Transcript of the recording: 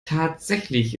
tatsächlich